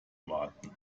warten